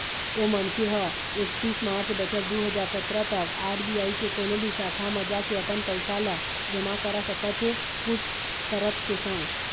ओ मनखे ह एकतीस मार्च बछर दू हजार सतरा तक आर.बी.आई के कोनो भी शाखा म जाके अपन पइसा ल जमा करा सकत हे कुछ सरत के संग